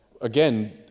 again